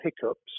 hiccups